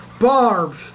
Barbs